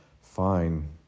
fine